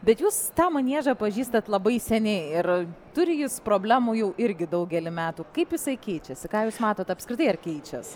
bet jūs tą maniežą pažįstat labai seniai ir turi jis problemų jau irgi daugelį metų kaip jisai keičiasi ką jūs matot apskritai ar keičias